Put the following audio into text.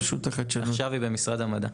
עכשיו היא במשרד המדע.